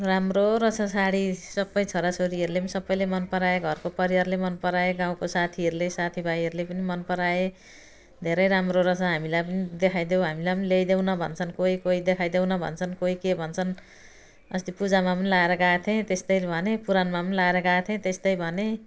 राम्रो रहेछ साडी सबै छोराछोरीहरूले पनि सबैले मनपराए घरको परिवारले मनपराए गाउँको साथीहरूले साथीभाइहरूले पनि मनपराए धेरै राम्रो रहेछ हामीलाई पनि देखाइदेऊ हामीलाई पनि ल्याइदेऊ न भन्छन् कोही कोही देखाइदेऊ न भन्छन् कोही के भन्छन् अस्ति पूजामा पनि लगाएर गएको थिएँ त्यस्तै भने पुराणमा पनि लगाएर गएको थिएँ त्यस्तै भने